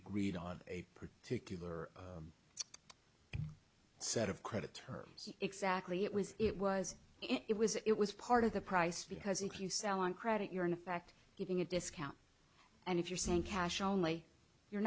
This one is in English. read on a particular set of credit terms exactly it was it was it was it was part of the price because if you sell on credit you're in effect giving a discount and if you're saying cash only you're